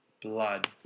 blood